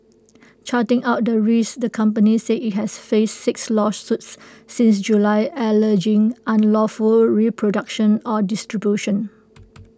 charting out the risks the company said IT had faced six lawsuits since July alleging unlawful reproduction or distribution